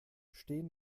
stehen